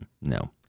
No